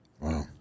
Wow